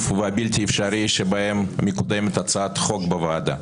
והבלתי אפשרי שבו מקודמת הצעת חוק בוועדה.